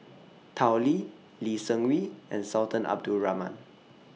Tao Li Lee Seng Wee and Sultan Abdul Rahman